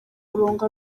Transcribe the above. murongo